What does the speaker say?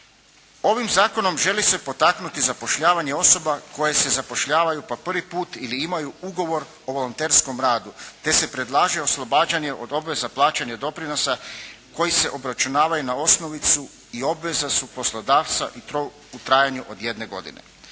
Ovim zakonom želi se potaknuti zapošljavanje osoba koje se zapošljavaju po prvi put ili imaju ugovor o volonterskom radu te se predlaže oslobađanje od obveza plaćanja doprinosa koji se obračunavaju na osnovicu i obveza su poslodavca i to u trajanju od jedne godine.